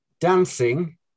Dancing